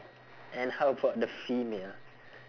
and how about the female